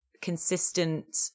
consistent